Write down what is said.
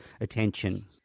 attention